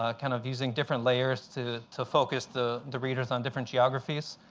ah kind of using different layers to to focus the the readers on different geographies.